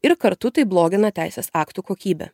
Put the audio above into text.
ir kartu tai blogina teisės aktų kokybę